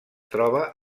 troba